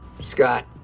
Scott